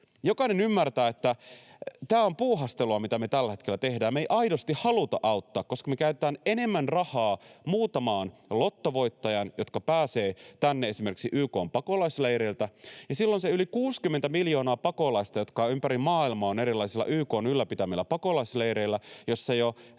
Jokainen ymmärtää, että tämä on puuhastelua, mitä me tällä hetkellä tehdään. Me ei aidosti haluta auttaa, koska me käytetään enemmän rahaa muutamaan lottovoittajaan, jotka pääsevät tänne esimerkiksi YK:n pakolaisleireiltä, ja silloin se yli 60 miljoonaa pakolaista on ympäri maailmaa erilaisilla YK:n ylläpitämillä pakolaisleireillä, joissa ei ole